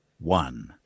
one